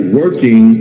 working